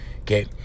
okay